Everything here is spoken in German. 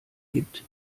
gibt